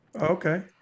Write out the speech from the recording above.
Okay